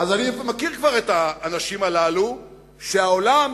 אני כבר מכיר את האנשים הללו שהעולם